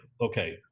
okay